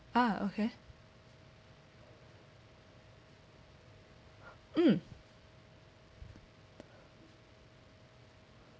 ah okay mm